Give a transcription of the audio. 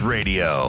Radio